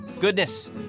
Goodness